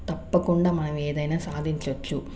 తప్పకుండా మనం ఏదైనా సాధించచ్చు